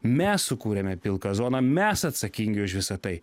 mes sukūrėme pilką zoną mes atsakingi už visa tai